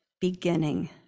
beginning